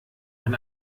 man